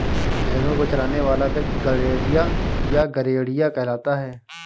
भेंड़ों को चराने वाला व्यक्ति गड़ेड़िया या गरेड़िया कहलाता है